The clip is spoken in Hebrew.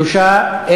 ועדת חוץ וביטחון.